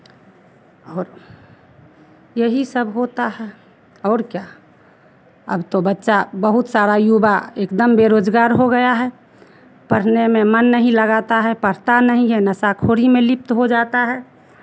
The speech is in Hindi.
और यही सब होता है और क्या अब तो बच्चा बहुत सारा युवा एकदम बेरोज़गार हो गया है पढ़ने में मन नहीं लगाता है पढ़ता नहीं है नशाखोरी में लिप्त हो जाता है